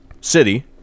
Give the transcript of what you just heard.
city